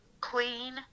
queen